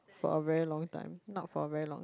for a very long time not for very long